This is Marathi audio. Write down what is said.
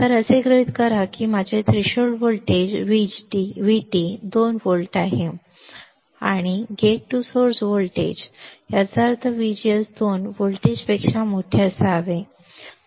तर असे गृहीत धरा की माझे थ्रेशोल्ड व्होल्टेज VT 2 volts मी VT 2 volts गृहित धरत आहे मग माझे गेट ते स्त्रोत व्होल्टेज याचा अर्थ माझे व्हीजीएस 2 व्होल्टपेक्षा मोठे असावे